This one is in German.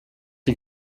die